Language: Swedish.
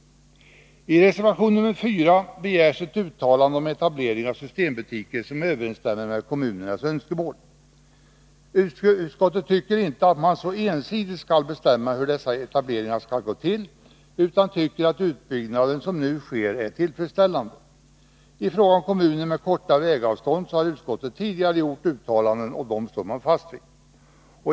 I reservation 4 begärs om etableringen av systembutiker ett uttalande som överensstämmer med kommunernas önskemål. Utskottet tycker inte att man så ensidigt skall bestämma hur dessa etableringar skall gå till utan tycker att den nuvarande utbyggnaden är tillfredsställande. I fråga om kommuner med korta vägavstånd har utskottet tidigare gjort uttalanden, och dessa står utskottet fast vid.